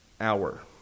hour